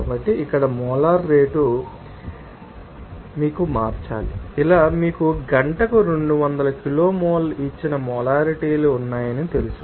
కాబట్టి ఇక్కడ molar rate మీకు మార్చాలి ఇలా మీకు గంటకు 200 కిలోమోల్ ఇచ్చిన మొలారిటీలు ఉన్నాయని తెలుసు